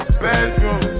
bedroom